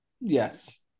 Yes